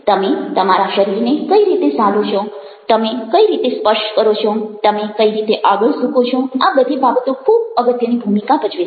તમે તમારા શરીરને કઈ રીતે ઝાલો છે તમે કઈ રીતે સ્પર્શ કરો છો તમે કઈ રીતે આગળ ઝૂકો છો આ બધી બાબતો ખૂબ અગત્યની ભૂમિકા ભજવે છે